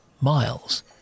miles